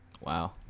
Wow